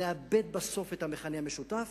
נאבד בסוף את המכנה המשותף.